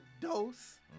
Dose